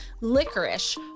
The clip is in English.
licorice